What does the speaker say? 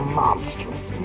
monstrous